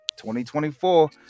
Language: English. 2024